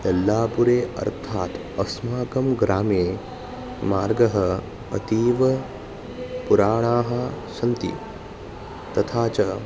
यल्लापुरे अर्थात् अस्माकं ग्रामे मार्गः अतीवपुराणाः सन्ति तथा च